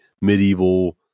medieval